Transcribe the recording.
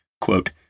quote